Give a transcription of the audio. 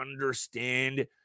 understand